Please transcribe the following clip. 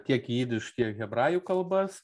tiek jidiš tiek hebrajų kalbas